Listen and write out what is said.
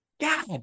God